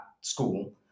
school